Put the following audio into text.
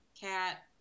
cat